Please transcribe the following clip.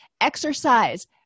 Exercise